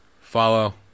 follow